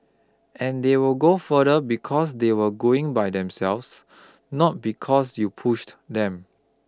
and they will go further because they were going by themselves not because you pushed them